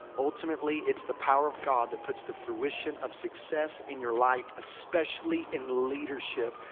ultimately, it's the power of god that puts the fruition of success in your life. especially in leadership.